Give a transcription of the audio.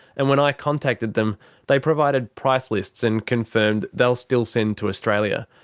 and when i contacted them they provided price lists and confirmed they'll still send to australia.